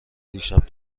دیشب